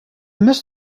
missed